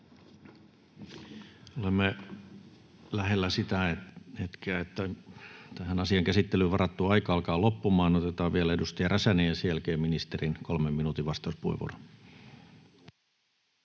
Olemme lähellä sitä hetkeä, että tähän asian käsittelyyn varattu aika alkaa loppumaan. Otetaan vielä edustaja Räsänen ja sen jälkeen ministerin kolmen minuutin vastauspuheenvuoro.